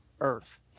earth